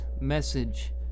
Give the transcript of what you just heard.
message